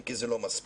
אם כי זה לא מספיק,